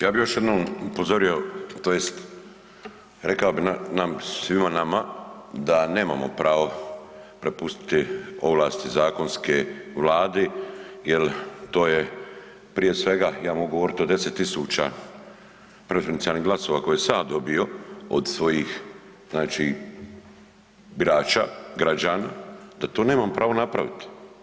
Ja bih još jednom upozorio tj. rekao bi svima nama da nemamo pravo prepustiti ovlasti zakonske Vladi jel to je prije svega ja mogu govoriti o 10.000 preferencijalnih glasova koje sam ja dobio od svojih birača, građana da to nemam pravo napraviti.